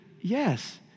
yes